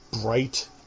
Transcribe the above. bright